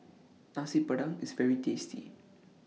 Nasi Padang IS very tasty